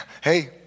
Hey